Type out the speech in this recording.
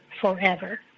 forever